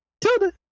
Tilda